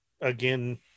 again